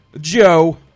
Joe